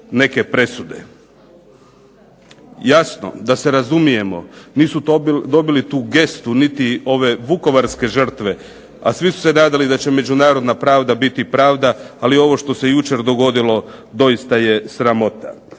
neke presude. Jasno, da se razumijemo nisu dobili tu gestu niti ove vukovarske žrtve, a svi su se nadali da će međunarodna pravda biti pravda, ali ovo što se jučer dogodilo doista je sramota.